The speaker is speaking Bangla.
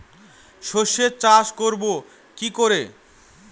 সর্ষে চাষ করব কি করে?